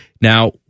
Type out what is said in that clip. Now